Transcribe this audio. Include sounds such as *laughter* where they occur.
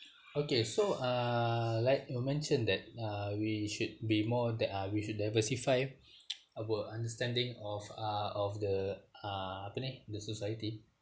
okay so uh like you mentioned that uh we should be more that uh we should diversify *noise* about our understanding of uh of the uh apa ni the society